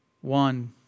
one